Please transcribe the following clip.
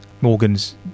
Morgan's